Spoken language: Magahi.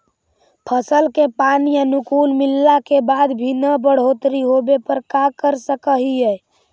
फसल के पानी अनुकुल मिलला के बाद भी न बढ़ोतरी होवे पर का कर सक हिय?